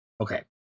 Okay